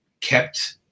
kept